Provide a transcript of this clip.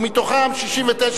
ומתוכן 69,